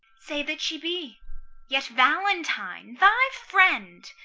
say that she be yet valentine, thy friend,